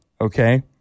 Okay